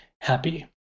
happy